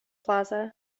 plaza